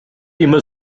immer